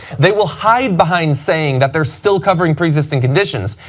they will hide behind saying that they are still covering pre-existing conditions,